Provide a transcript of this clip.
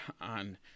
on